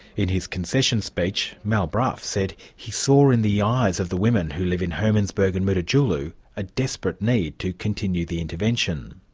in his concession speech, mal brough said he saw in the eyes of the women who live in hermannsburg and mutitjulu a desperate need to continue the intervention.